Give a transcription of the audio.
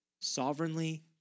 sovereignly